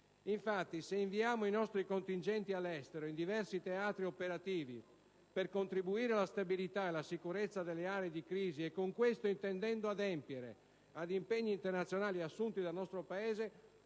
Infatti, se inviamo i nostri contingenti all'estero in diversi teatri operativi per contribuire alla stabilità e alla sicurezza delle aree di crisi, e con questo intendendo adempiere ad impegni internazionali assunti dal nostro Paese,